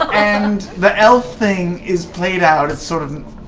and the elf thing is played out. it's sort of